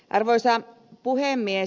arvoisa puhemies